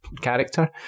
character